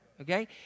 Okay